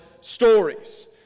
stories